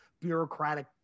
bureaucratic